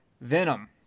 Venom